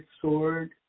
sword